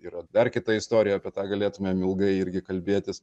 yra dar kita istorija apie tą galėtumėm ilgai irgi kalbėtis